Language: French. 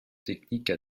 technique